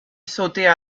sauter